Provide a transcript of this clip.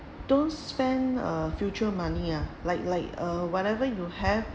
don't spend uh future money uh like like uh whatever you have